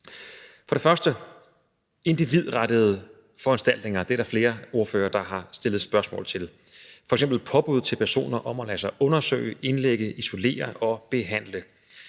er der de individrettede foranstaltninger. Dem er der flere ordførere der har stillet spørgsmål til. Det er f.eks. påbud til personer om at lade sig undersøge, indlægge, isolere og behandle.